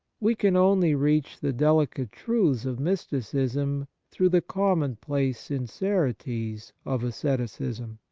we can only reach the delicate truths of mysticism through the common place sincerities of asceticism.